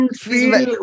feel